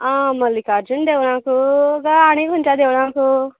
आं मल्लीकार्जून देवळाक कांय आनी खंयच्या देवळाक